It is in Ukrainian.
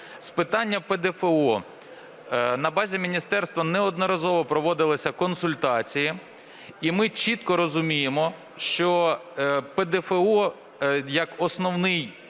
З питання ПДФО. На базі міністерства неодноразово проводилися консультації, і ми чітко розуміємо, що ПДФО як основний